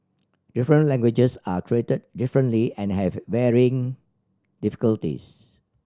different languages are created differently and have varying difficulties